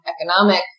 economic